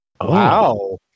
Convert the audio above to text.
Wow